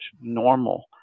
normal